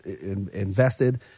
invested